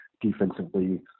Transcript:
defensively